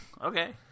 Okay